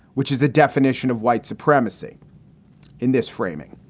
which is a definition of white supremacy in this framing.